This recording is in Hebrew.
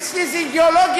אצלי זה אידיאולוגיה.